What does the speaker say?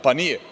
Pa, nije.